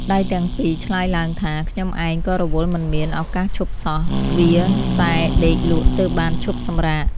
ដៃទាំងពីរឆ្លើយឡើងថា "ខ្ញុំឯង ក៏រវល់មិនមាន ឱកាសឈប់សោះ វៀរតែដេកលក់ទើបបានឈប់សម្រាក។